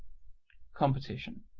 competition